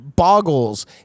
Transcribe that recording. boggles